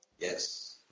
Yes